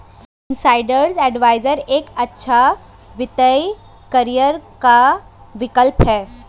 insurance advisor एक अच्छा वित्तीय करियर का विकल्प है